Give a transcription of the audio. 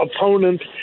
opponent